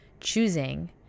choosing